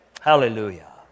Hallelujah